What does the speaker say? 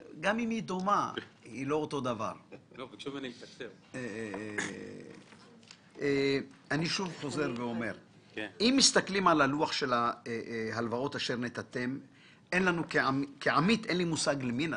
גם פה אתה אומר שזה לא מפורסם כי זו ההנחיה של שוק ההון בעניין הזה.